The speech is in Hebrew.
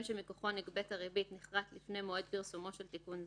שמכוחו נגבית הריבית נכרת לפני מועד פרסומו של תיקון זה,